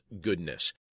goodness